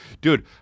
Dude